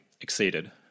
exceeded